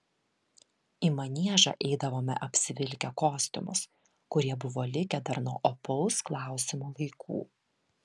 į maniežą eidavome apsivilkę kostiumus kurie buvo likę dar nuo opaus klausimo laikų